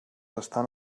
estan